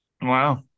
Wow